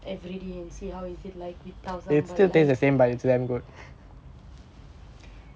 everyday and see how is it like with tau sambal